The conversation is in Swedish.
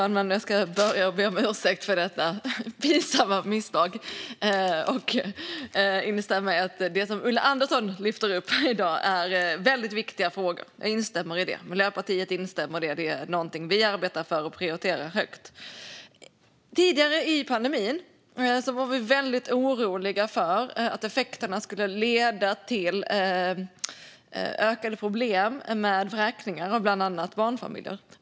Fru talman! Jag ska börja med att be om ursäkt för detta pinsamma misstag och instämma i att det som Ulla Andersson lyfter upp i dag är väldigt viktiga frågor. Miljöpartiet instämmer i detta; det är något vi arbetar för och prioriterar högt. Tidigare under pandemin var vi väldigt oroliga för att effekterna skulle leda till ökade problem med vräkningar av bland annat barnfamiljer.